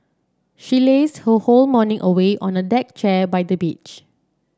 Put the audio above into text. she lazed her whole morning away on a deck chair by the beach